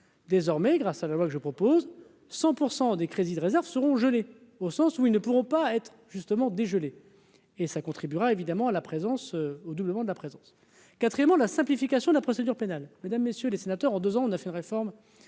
désormais grâce à la loi que je propose 100 % des crédits de réserves seront gelés au sens où ils ne pourront pas être justement dégeler et ça contribuera évidemment à la présence au doublement de la présence quatrièmement la simplification de la procédure pénale, mesdames, messieurs les sénateurs, en 2 ans, on a fait une réforme